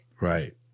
Right